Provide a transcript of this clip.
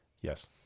Yes